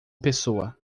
pessoa